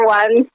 one